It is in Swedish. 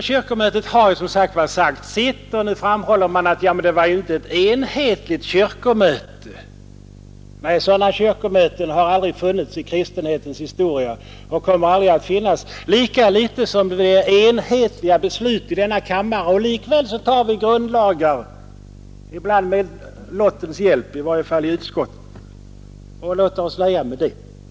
kyrkomötet har sagt sitt. — Mot det framhåller man att det inte var ett enhälligt kyrkomöte. Nej, sådana kyrkomöten har aldrig funnits i kristenhetens historia och kommer aldrig att finnas. Inte heller i denna kammare fattas enhälliga beslut. Likväl antar riksdagen grundlagar. I utskott händer det t.o.m. att sådana ärenden avgörs med lottens hjälp, och vi låter oss nöja med det.